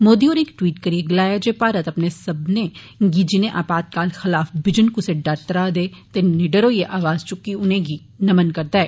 मोदी होरें इक ट्वीट करियै गलाया जे भारत उनें सब्बनें गी जिनें आपातकाल खिलाफ बिजन कुसै डर त्राह दे ते निडर होइयै आवाज़ चुक्की उनेंगी नमन करदा ऐ